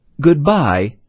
Goodbye